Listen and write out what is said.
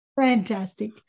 Fantastic